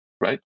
right